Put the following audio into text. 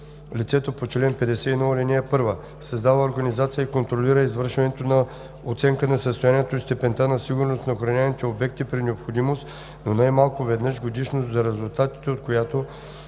лицето по чл. 51, ал. 1: 1. създава организация и контролира извършването на оценка на състоянието и степента на сигурност на охраняваните обекти при необходимост, но най-малко веднъж годишно, за резултатите от която